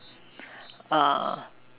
err